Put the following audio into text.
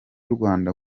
rwanda